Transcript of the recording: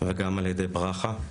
וגם על ידי ברכה.